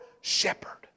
shepherd